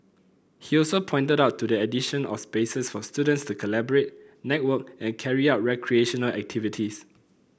he also pointed to the addition of spaces for students to collaborate network and carry out recreational activities